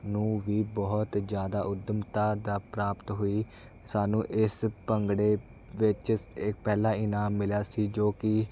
ਨੂੰ ਵੀ ਬਹੁਤ ਜ਼ਿਆਦਾ ਉੱਦਮਤਾ ਦਾ ਪ੍ਰਾਪਤ ਹੋਈ ਸਾਨੂੰ ਇਸ ਭੰਗੜੇ ਵਿੱਚ ਇਹ ਪਹਿਲਾ ਇਨਾਮ ਮਿਲਿਆ ਸੀ ਜੋ ਕਿ